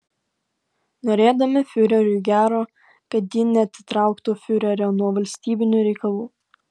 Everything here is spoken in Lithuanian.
norėdami fiureriui gero kad ji neatitrauktų fiurerio nuo valstybinių reikalų